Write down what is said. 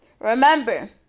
Remember